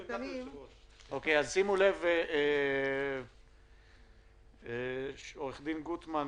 הקורונה החדש)(שימוש באריזות של קמח